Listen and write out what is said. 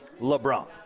LeBron